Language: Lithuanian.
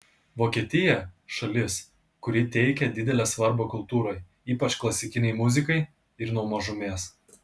vokietija šalis kuri teikia didelę svarbą kultūrai ypač klasikinei muzikai ir nuo mažumės